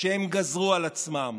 שהם גזרו על עצמם?